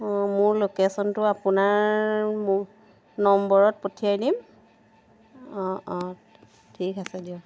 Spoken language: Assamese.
অঁ মোৰ লোকেশ্যনটো আপোনাৰ নম্বৰত পঠিয়াই দিম অঁ অঁ ঠিক আছে দিয়ক